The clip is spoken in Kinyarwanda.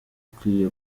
ukwiye